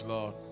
Lord